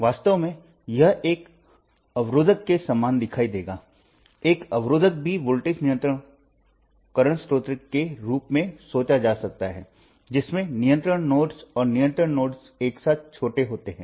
वास्तव में यह एक रोकनेवाला के समान दिखाई देगा एक रोकनेवाला भी वोल्टेज नियंत्रण वर्तमान स्रोत के रूप में सोचा जा सकता है जिसमें नियंत्रण नोड्स और नियंत्रण नोड्स एक साथ छोटे होते हैं